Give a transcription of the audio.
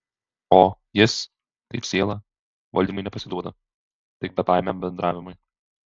o jis kaip siela valdymui nepasiduoda tik bebaimiam bendravimui